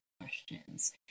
questions